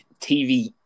TV